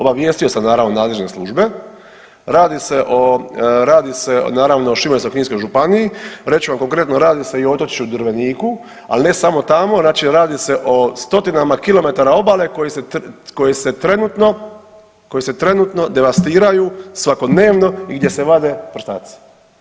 Obavijestio sam naravno nadležne službe, radi se, radi se naravno o Šibensko-kninskoj županiji, reći ću vam konkretno radi se i o otočiću Drveniku, ali ne samo tamo, znači radi se o stotinama kilometara obale koje se trenutno, koje se trenutno devastiraju svakodnevno i gdje se vade prstaci.